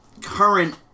current